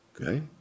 Okay